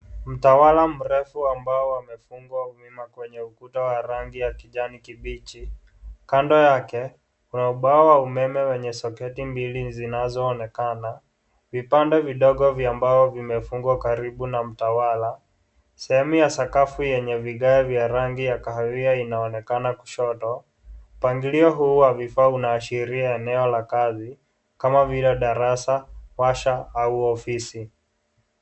Mtawala mrefu ambao umefungwa nyuma kwenye ukuta wa rangi ya kijani kibichi kando yake, ubao wa umeme wenye soketi mbili zinazoonekana. Vitanda vidogo vya mbao vinafungwa karibu na mtawala. Sehemu ya sakafu yenye vigae vya rangi ya kahawia inaonekana kushoto . Mpangilio huo vifaa inaashiria eneo la kazi, kama vile darasa, pasha au ofisi.